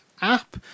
app